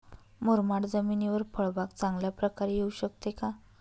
मुरमाड जमिनीवर फळबाग चांगल्या प्रकारे येऊ शकते का?